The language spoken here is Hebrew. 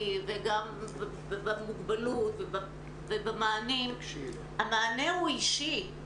וגם במוגבלות ובמענים המענה הוא אישי.